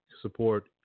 Support